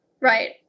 right